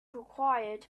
required